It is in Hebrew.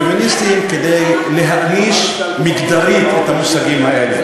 פמיניסטיים כדי להאניש מגדרית את המושגים האלה.